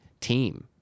team